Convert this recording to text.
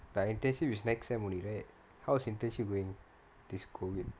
but internship is next semester only right how's internship going this COVID